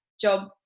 job